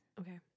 Okay